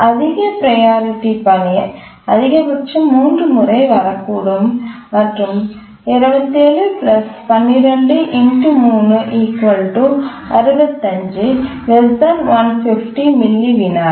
அதிக ப்ரையாரிட்டி பணி அதிகபட்சம் 3 முறை வரக்கூடும் மற்றும் 27 12 ∗ 3 65 150 மில்லி விநாடி